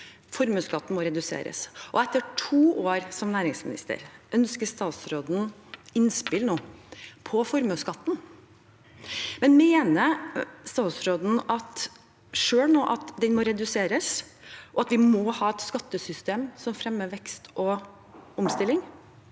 Formuesskatten må reduseres. Etter to år som næringsminister, ønsker statsråden nå innspill på formuesskatten? Mener statsråden selv nå at den må reduseres, og at vi må ha et skattesystem som fremmer vekst og omstilling?